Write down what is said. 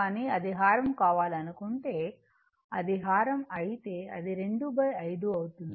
కానీ అది హారం కావాలనుకుంటే అది హారం అయితేఅది 25 అవుతుంది